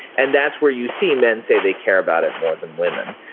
and that's where you see men say they care about it more than women.